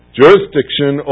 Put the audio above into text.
jurisdiction